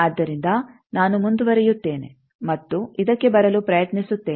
ಆದ್ದರಿಂದ ನಾನು ಮುಂದುವರೆಯುತ್ತೇನೆ ಮತ್ತು ಇದಕ್ಕೆ ಬರಲು ಪ್ರಯತ್ನಿಸುತ್ತೇನೆ